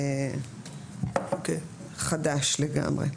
חדש לגמרי.